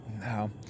No